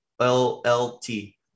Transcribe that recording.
llt